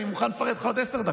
אני מוכן לפרט לך עוד עשר דקות.